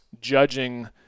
Judging